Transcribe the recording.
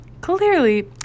clearly